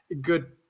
good